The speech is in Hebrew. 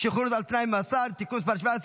שחרור על תנאי ממאסר (תיקון מס' 17,